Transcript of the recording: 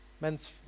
men's